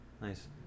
nice